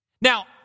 Now